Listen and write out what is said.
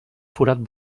forat